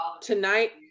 Tonight